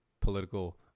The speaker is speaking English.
political